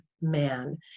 man